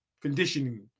conditioning